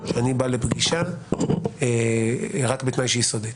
שאני בא לפגישה רק בתנאי שהיא סודית.